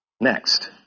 Next